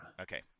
Okay